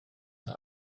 dda